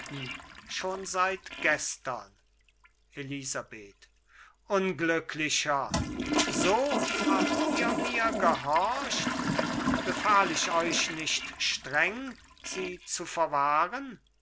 schon seit gestern elisabeth unglücklicher so habt ihr mir gehorcht befahl ich euch nicht streng sie zu verwahren